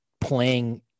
playing